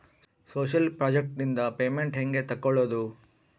Social project ನಿಂದ payment ಹೆಂಗೆ ತಕ್ಕೊಳ್ಳದು?